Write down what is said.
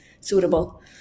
suitable